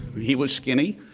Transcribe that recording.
he was skinny,